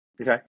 Okay